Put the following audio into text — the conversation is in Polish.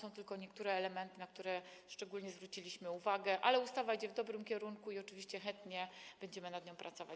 To są tylko niektóre elementy, na które szczególnie zwróciliśmy uwagę, ale ustawa idzie w dobrym kierunku i oczywiście chętnie będziemy nad nią pracować.